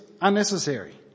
unnecessary